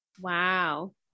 Wow